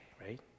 right